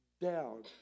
down